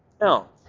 Now